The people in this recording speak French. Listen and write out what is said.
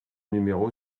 numéro